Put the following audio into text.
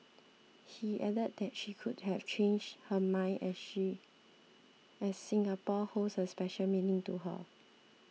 he added that she could have changed her mind as she a Singapore holds a special meaning to her